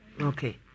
okay